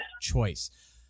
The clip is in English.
choice